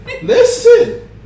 listen